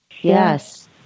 Yes